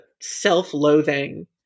self-loathing